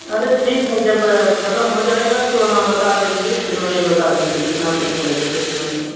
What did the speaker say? अरे ठीक है जब ख़त्म हो जाएगा तो हम बता देंगे फिर वही बता देंगे कितना पैसा लगेगा कितना नहीं